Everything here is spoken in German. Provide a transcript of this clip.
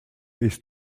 ist